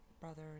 brother